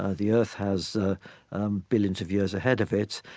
ah the earth has ah billions of years ahead of it,